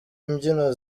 imbyino